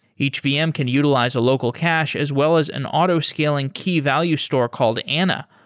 each vm can utilize a local cache as well as an autoscaling key value store called anna,